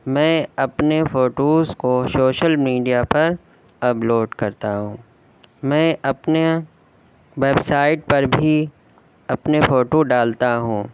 میں اپنے فوٹوز کو شوشل میڈیا پر اپلوڈ کرتا ہوں میں اپنے ویب سائٹ پر بھی اپنے فوٹو ڈالتا ہوں